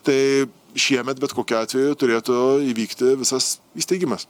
tai šiemet bet kokiu atveju turėtų įvykti visas įsteigimas